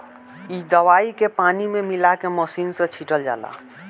इ दवाई के पानी में मिला के मिशन से छिटल जाला